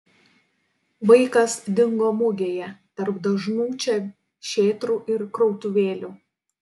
vaikas dingo mugėje tarp dažnų čia šėtrų ir krautuvėlių